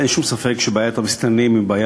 אין שום ספק שבעיית המסתננים היא בעיה